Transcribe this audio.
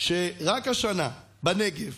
שרק השנה בנגב,